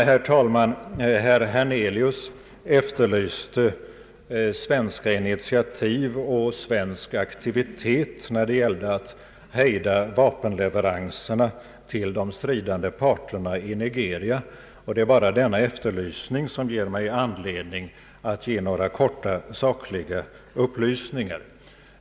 Herr talman! Herr Hernelius efterlyste svenska initiativ och svensk aktivitet när det gällde att hejda vapenleveranserna till de stridande parterna i Nigeria. Det är denna efterlysning som ger mig anledning att ge bara några korta sakliga upplysningar.